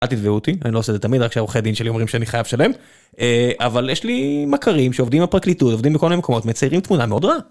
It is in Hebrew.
אל תתבעו אותי, אני לא עושה את זה תמיד, רק כשערוכי הדין שלי אומרים שאני חייב לשלם. אבל יש לי מכרים שעובדים בפרקליטות, עובדים בכל מיני מקומות, מציירים תמונה מאוד רעה.